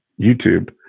YouTube